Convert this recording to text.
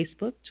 Facebook